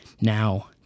Now